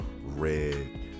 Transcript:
red